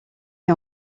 est